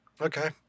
Okay